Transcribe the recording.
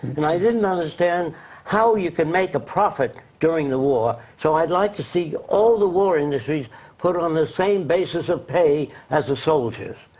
and i didn't understand how you can make a profit during the war. so, i'd like to see all the war industries put on the same basis of pay as the soldiers.